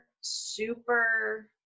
super